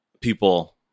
people